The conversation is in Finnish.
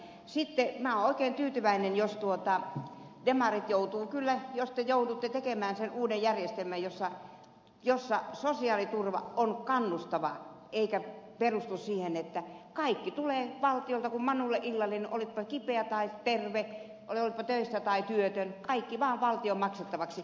olen oikein tyytyväinen jos demarit joutuvat jos te joudutte tekemään sen uuden järjestelmän jossa sosiaaliturva on kannustava eikä perustu siihen että kaikki tulee valtiolta kun manulle illallinen oletpa kipeä tai terve oletpa töissä tai työtön kaikki vaan valtion maksettavaksi